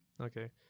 Okay